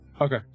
Okay